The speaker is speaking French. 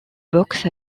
boxe